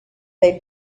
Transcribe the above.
they